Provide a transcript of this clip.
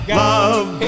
love